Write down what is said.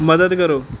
ਮਦਦ ਕਰੋ